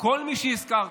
כל מי שהזכרת.